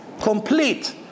Complete